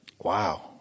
Wow